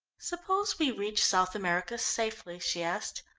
suppose we reach south america safely? she asked.